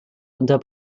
unter